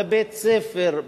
בבית-ספר,